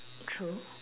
true